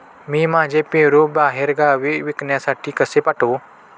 मी माझे पेरू बाहेरगावी विकण्यासाठी कसे पाठवू?